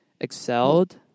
excelled